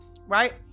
Right